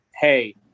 Hey